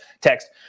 text